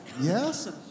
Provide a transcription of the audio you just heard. yes